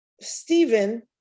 Stephen